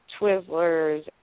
Twizzlers